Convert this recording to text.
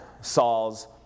Saul's